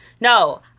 no